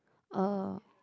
oh